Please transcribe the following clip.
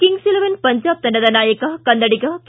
Kings Eleven Punjab ತಂಡದ ನಾಯಕ ಕನ್ನಡಿಗ ಕೆ